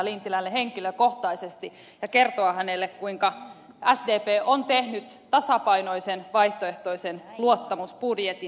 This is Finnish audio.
lintilälle henkilökohtaisesti ja kertoa hänelle kuinka sdp on tehnyt tasapainoisen vaihtoehtoisen luottamusbudjetin